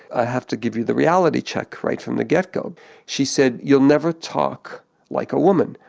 i have to give you the reality check right from the get-go. she said, you'll never talk like a woman,